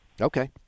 Okay